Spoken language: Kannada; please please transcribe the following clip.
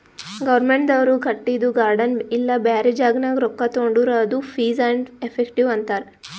ಗೌರ್ಮೆಂಟ್ದವ್ರು ಕಟ್ಟಿದು ಗಾರ್ಡನ್ ಇಲ್ಲಾ ಬ್ಯಾರೆ ಜಾಗನಾಗ್ ರೊಕ್ಕಾ ತೊಂಡುರ್ ಅದು ಫೀಸ್ ಆ್ಯಂಡ್ ಎಫೆಕ್ಟಿವ್ ಅಂತಾರ್